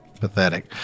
pathetic